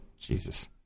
Jesus